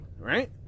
right